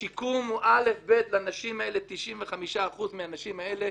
השיקום הוא א'-ב' לנשים האלה, 95% מהנשים האלה